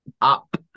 up